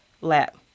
lap